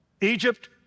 Egypt